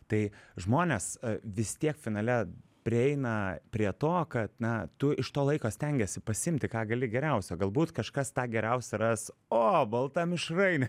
tai žmonės vis tiek finale prieina prie to kad na tu iš to laiko stengiesi pasiimti ką gali geriausio galbūt kažkas tą geriausią ras o balta mišrainė